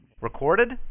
Recorded